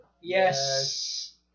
Yes